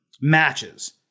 Matches